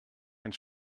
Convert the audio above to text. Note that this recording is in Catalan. ens